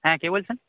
হ্যাঁ কে বলছেন